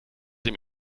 dem